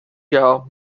jahr